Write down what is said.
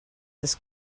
this